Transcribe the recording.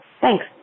Thanks